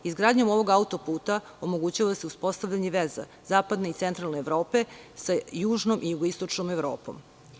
Izgradnjom ovog autoputa omogućava se uspostavljanje veza zapadne i centralne Evrope sa južnom i jugoistočnom Evropom.